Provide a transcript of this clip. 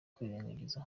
kwirengagiza